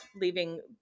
leaving